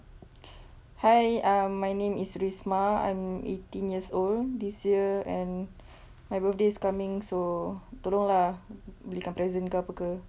hi uh my name is rismah I'm eighteen years old this year and my birthday is coming so tolonglah belikan present ke apa ke